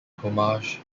homage